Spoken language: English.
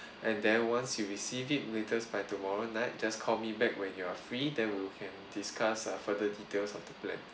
and then once you receive it latest by tomorrow night just call me back when you are free then we can discuss uh further details how to plan